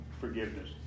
forgiveness